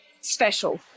special